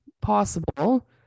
possible